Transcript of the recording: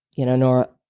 you know, nora,